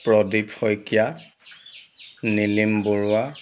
Pradip Saikia Nilim Barua